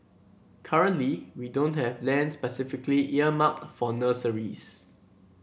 currently we don't have land specifically earmarked for nurseries